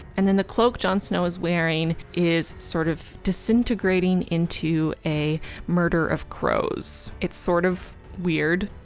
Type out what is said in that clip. and then the cloak jon snow is wearing is sort of disintegrating into a murder of crows it's sort of weird,